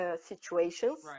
situations